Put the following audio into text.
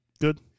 Good